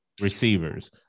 receivers